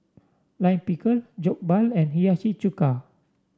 Lime Pickle Jokbal and Hiyashi Chuka